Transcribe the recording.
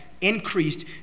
increased